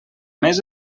més